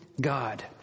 God